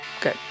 good